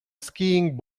skiing